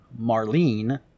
Marlene